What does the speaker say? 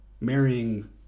marrying